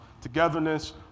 Togetherness